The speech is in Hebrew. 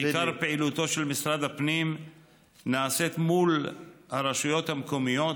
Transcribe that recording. עיקר פעילותו של משרד הפנים נעשית מול הרשויות המקומיות,